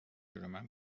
جلومن